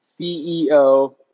CEO